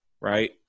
right